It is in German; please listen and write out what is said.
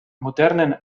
modernen